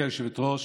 גברתי היושבת-ראש,